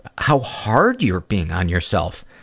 how hard you're being on yourself.